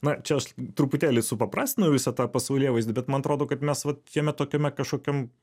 na čia aš truputėlį supaprastinau visą tą pasaulėvaizdį bet man atrodo kad mes vat jame tokiame kažkokiam